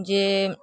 जे